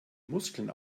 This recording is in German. muskeln